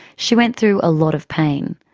she went through a lot of pain.